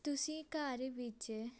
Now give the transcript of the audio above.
ਤੁਸੀਂ ਘਰ ਵਿੱਚ